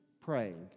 praying